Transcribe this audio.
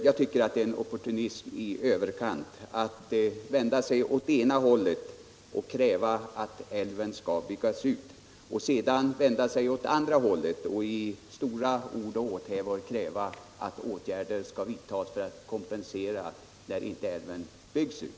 Jag tycker det är opportunism i överkant att vända sig åt ena hållet och kräva att älven skall byggas ut och sedan vända sig åt andra hållet och med stora ord och åthävor kräva att kompenserande åtgärder skall vidtas när älven inte byggs ut.